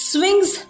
Swings